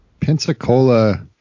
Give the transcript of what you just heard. Pensacola